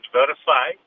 verify